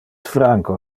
franco